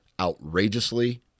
outrageously